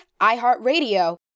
iHeartRadio